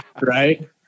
right